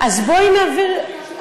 תחליטו ביניכם.